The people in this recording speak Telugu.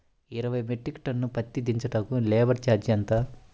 ఇరవై మెట్రిక్ టన్ను పత్తి దించటానికి లేబర్ ఛార్జీ ఎంత?